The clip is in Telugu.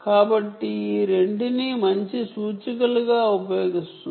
కాబట్టి ఈ రెంటిని మంచి సూచికలుగా ఉపయోగిస్తుంది